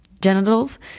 genitals